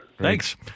Thanks